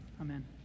Amen